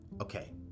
Okay